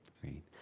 Great